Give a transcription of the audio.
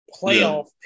playoff